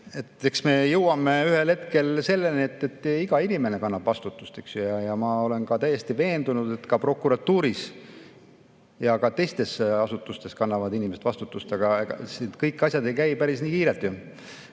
Eks me jõuame ühel hetkel selleni, et iga inimene kannab vastutust. Ja ma olen täiesti veendunud, et ka prokuratuuris ja teistes asutustes kannavad inimesed vastutust, aga kõik asjad ei käi päris nii kiirelt.